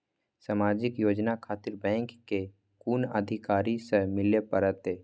समाजिक योजना खातिर बैंक के कुन अधिकारी स मिले परतें?